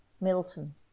Milton